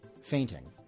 fainting